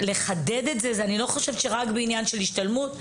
צריך לחדד את זה; אני לא חושבת שרק בעניין של השתלמות.